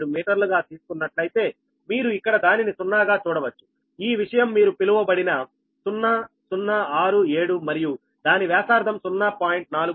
67 మీటర్లుగా తీసుకున్నట్లయితే మీరు ఇక్కడ దానిని 0 గా చూడవచ్చు ఈ విషయం మీరు పిలవబడిన 0 0 6 7 మరియు దాని వ్యాసార్థం 0